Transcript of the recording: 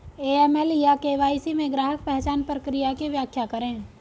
AML या KYC में ग्राहक पहचान प्रक्रिया की व्याख्या करें?